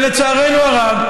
ולצערנו הרב,